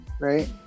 right